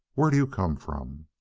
where do you come from